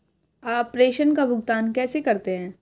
आप प्रेषण का भुगतान कैसे करते हैं?